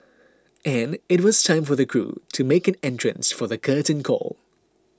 and it was time for the crew to make an entrance for the curtain call